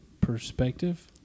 perspective